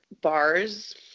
bars